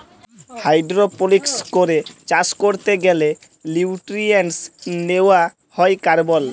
hydroponics করে চাষ ক্যরতে গ্যালে লিউট্রিয়েন্টস লেওয়া হ্যয় কার্বল